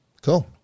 Cool